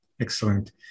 Excellent